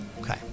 Okay